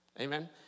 Amen